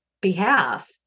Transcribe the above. behalf